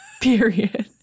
Period